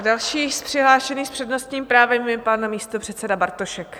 Další přihlášený s přednostním právem je pan místopředseda Bartošek.